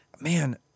Man